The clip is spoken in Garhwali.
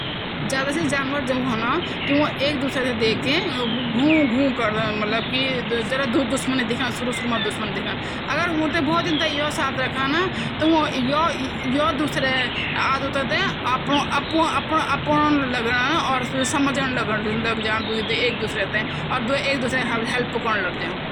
जू कलम चो कलम त भौत तरह की वहन्दी त आज कल पेन जू च अब पेन त जब हम वे काम कना त वे ता सबसे पेली स्यायी चेंद त स्यायी हमों पेली त स्यायी प्रबन्द करोला जू ज़ख बठीन स्यायी बनी हम स्यायी ल्यूँला अर स्यायी त घुलोंला अर वे क़लम में बुधींन लिखोंला त क़लम में भी लिखला अगर वे पेन मा भरला त पने पेने पेन बिना स्यायी कलम क्वे काम नी च